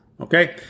Okay